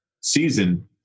season